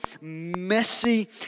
messy